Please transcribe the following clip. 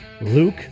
Luke